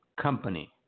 company